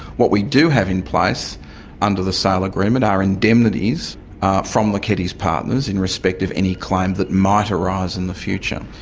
what we do have in place under the sale agreement are indemnities from the keddies partners in respect of any claim that might arise in the future.